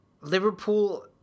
Liverpool